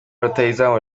rutahizamu